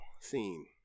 scene